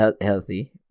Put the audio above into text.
healthy